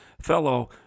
fellow